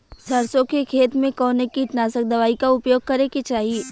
सरसों के खेत में कवने कीटनाशक दवाई क उपयोग करे के चाही?